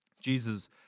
Jesus